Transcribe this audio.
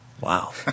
Wow